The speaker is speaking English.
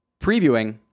previewing